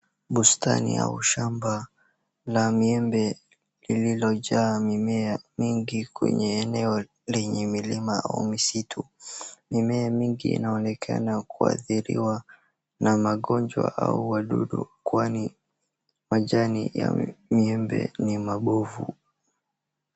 Bustani au shamba la miembe lililojaa mimea mingi kwenye eneo lenye milima au misitu, mimea mingi inaonekana kuadhiriwa na magonjwa au wadudu kwani majani ya miembe ni mambovu.